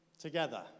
together